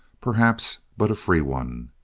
perhaps, but a free one.